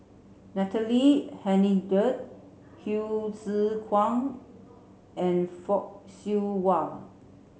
Natalie Hennedige Hsu Tse Kwang and Fock Siew Wah